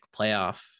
playoff